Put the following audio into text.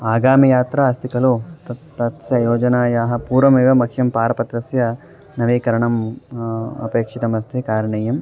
आगामियात्रा अस्ति खलु तत् तस्य योजनायाः पूर्वमेव मह्यं पारपत्रस्य नवीकरणम् अपेक्षितमस्ति कारणीयम्